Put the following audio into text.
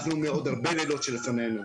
אנחנו עייפים מעוד הרבה לילות שלפנינו.